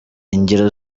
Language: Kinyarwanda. ingero